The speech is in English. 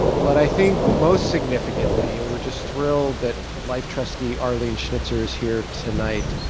but i think most significantly and we're just thrilled that life trustee arlene schnitzer is here tonight.